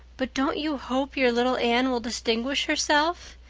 but don't you hope your little anne will distinguish herself?